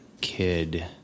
kid